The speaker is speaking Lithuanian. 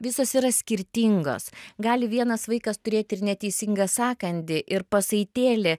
visos yra skirtingos gali vienas vaikas turėti ir neteisingą sąkandį ir pasaitėlį